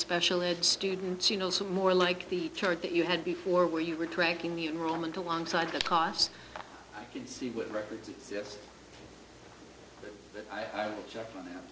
special ed students you know some more like the chart that you had before where you were tracking the enrollment alongside the cost i can see with records yes but i will check on